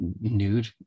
nude